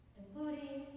including